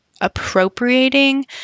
appropriating